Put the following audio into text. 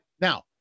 now